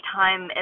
time